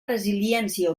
resiliència